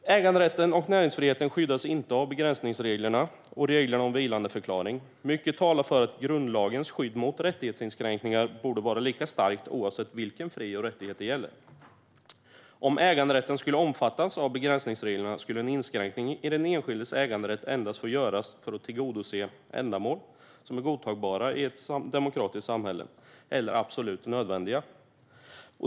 Äganderätten och näringsfriheten skyddas inte av begränsningsreglerna och reglerna om vilandeförklaring. Mycket talar för att grundlagens skydd mot rättighetsinskränkningar borde vara lika starkt oavsett vilken fri eller rättighet det gäller. Om äganderätten skulle omfattas av begränsningsreglerna skulle en inskränkning i den enskildes äganderätt endast få göras för att tillgodose ändamål som är godtagbara i ett demokratiskt samhälle eller absolut nödvändiga.